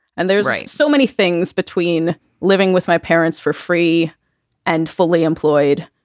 and there's so many things between living with my parents for free and fully employed.